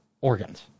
organs